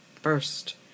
first